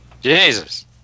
Jesus